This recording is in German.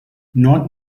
nord